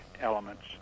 elements